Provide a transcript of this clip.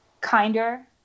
kinder